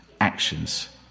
actions